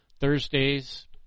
Thursdays